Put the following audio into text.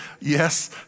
yes